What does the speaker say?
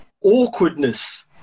awkwardness